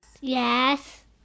Yes